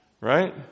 Right